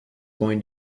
going